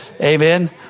Amen